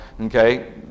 Okay